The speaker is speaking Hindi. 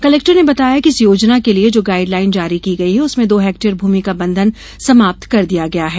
कलेक्टर ने बताया कि इस योजना के लिये जो गाईड लाइन जारी की गई है उसमें दो हेक्टेयर भूमि का बंधन समाप्त कर दिया गया है